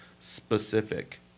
specific